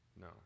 no